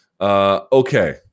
Okay